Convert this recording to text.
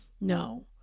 No